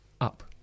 up